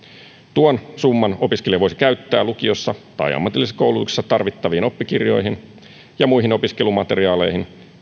tuon summan opiskelija voisi käyttää lukiossa tai ammatillisessa koulutuksessa tarvittaviin oppikirjoihin ja muihin opiskelumateriaaleihin